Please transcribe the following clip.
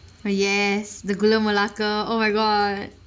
yes the gula melaka oh my god